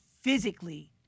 physically